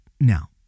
Now